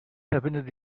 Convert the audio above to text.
verbindet